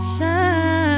Shine